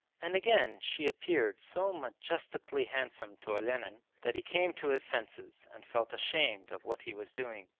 and again she appeared so majestically handsome to olenin that he came to his senses and felt ashamed of what he was doing.